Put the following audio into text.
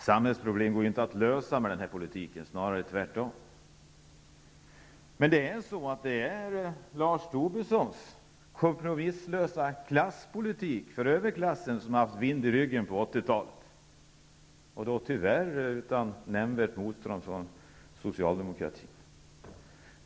Samhällsproblem går inte att lösa med denna politik, snarare tvärtom, men det är Lars Tobissons kompromisslösa politik för överklassen som haft vind i ryggen på 1980-talet, tyvärr utan nämnvärt motstånd från socialdemokratin.